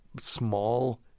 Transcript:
small